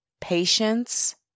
patience